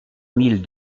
mille